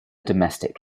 domestic